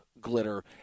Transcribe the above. glitter